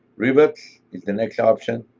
rivets is the next option.